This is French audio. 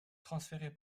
transférée